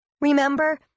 Remember